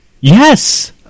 Yes